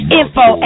info